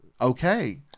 okay